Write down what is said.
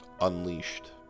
unleashed